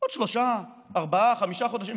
עוד שלושה, ארבעה, חמישה חודשים.